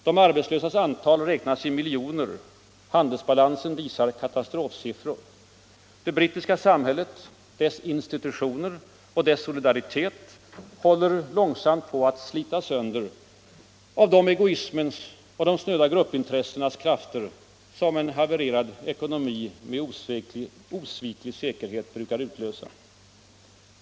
De arbetslösas antal räknas i miljontal. Handelsbalansen visar katastrofsiffror. Det brittiska samhället, dess institutioner och dess solidaritet håller långsamt på att slitas sönder av de egoismens och de snöda gruppintressenas krafter som en havererad ekonomi med osviklig säkerhet brukar utlösa.